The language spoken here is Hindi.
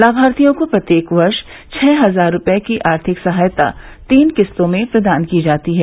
लाभार्थियों को प्रत्येक वर्ष छ हजार रूपये की आर्थिक सहायता तीन किस्तों में प्रदान की जाती है